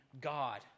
God